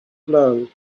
blow